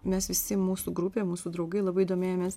mes visi mūsų grupė mūsų draugai labai domėjomės